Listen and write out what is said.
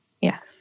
Yes